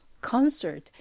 concert